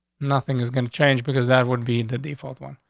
nothing is gonna change because that would be the default one.